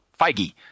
Feige